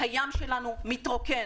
הים שלנו מתרוקן,